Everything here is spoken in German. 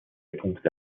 punkte